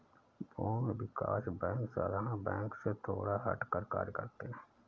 भूमि विकास बैंक साधारण बैंक से थोड़ा हटकर कार्य करते है